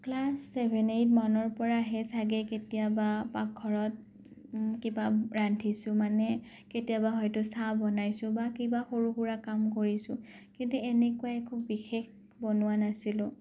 class seven eight মানৰ পৰাহে চাগৈ কেতিয়াবা পাকঘৰত কিবা ৰান্ধিছোঁ মানে কেতিয়াবা হয়তো চাহ বনাইছোঁ বা কিবা সৰু সুৰা কাম কৰিছোঁ কিন্তু এনেকুৱা একো বিশেষ বনোৱা নাছিলোঁ